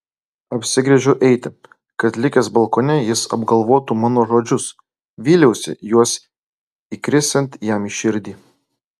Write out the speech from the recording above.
apsigręžiau eiti kad likęs balkone jis apgalvotų mano žodžius vyliausi juos įkrisiant jam į širdį